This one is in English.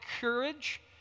courage